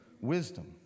wisdom